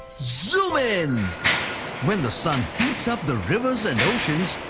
zoooom in when the sun heats up the rivers and oceans,